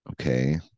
okay